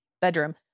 bedroom